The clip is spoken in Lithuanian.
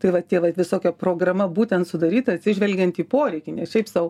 tai va tie va visokie programa būtent sudaryta atsižvelgiant į poreikį ne šiaip sau